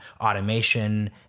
automation